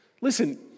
Listen